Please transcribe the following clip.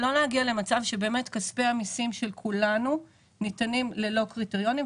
לא להגיע למצב שכספי המסים של כולנו ניתנים ללא קריטריונים.